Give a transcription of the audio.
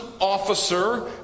officer